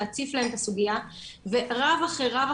להציף להם את הסוגייה ורב אחרי רב,